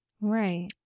Right